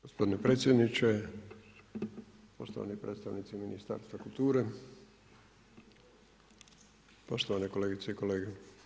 Gospodine predsjedniče, poštovani predstavnici Ministarstva kulture, poštovane kolegice i kolege.